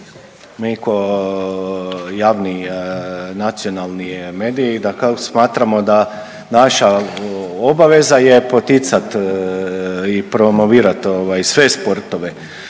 Mi ko javni nacionalni mediji dakako smatramo da naša obaveza je poticat i promovirat ovaj sve sportove